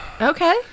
Okay